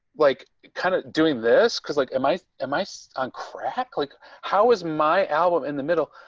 like kind of doing this because, like, am i, am i so on crack. like how is my album in the middle,